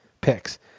picks